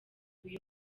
uyu